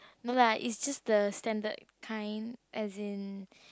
no lah is just the standard kind as in